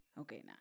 okay